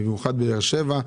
במיוחד על באר שבע,